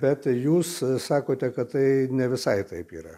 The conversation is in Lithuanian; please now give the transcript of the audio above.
bet jūs sakote kad tai ne visai taip yra